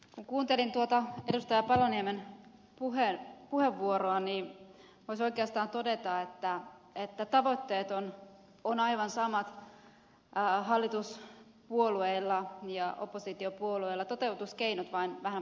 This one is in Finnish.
kun kuuntelin tuota edustaja paloniemen puheenvuoroa niin voisi oikeastaan todeta että tavoitteet ovat aivan samat hallituspuolueilla ja oppositiopuolueilla toteutuskeinot vain vähän vaihtelevat